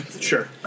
Sure